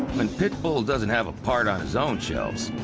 when pitbull doesn't have a part on his own shelves,